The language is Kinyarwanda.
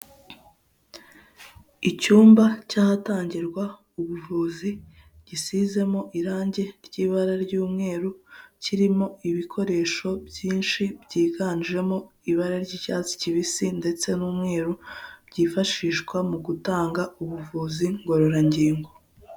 Icyumba cy'ahatangirwa ubuvuzi gisizemo irange ry'ibara ry'umweru, kirimo ibikoresho byinshi byiganjemo ibara ry'icyatsi kibisi ndetse n'umweru, byifashishwa mu gutanga ubuvuzi ngororangingo.